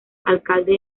alcalde